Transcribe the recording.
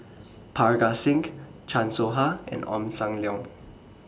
Parga Singh Chan Soh Ha and Ong SAM Leong